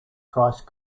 price